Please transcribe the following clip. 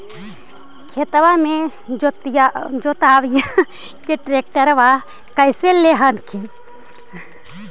खेतबा के जोतयबा ले ट्रैक्टरबा कैसे ले हखिन?